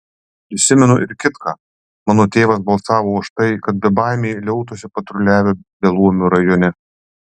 prisimenu ir kitką mano tėvas balsavo už tai kad bebaimiai liautųsi patruliavę beluomių rajone